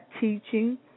teaching